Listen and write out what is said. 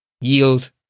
Yield